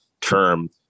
term